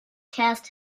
cast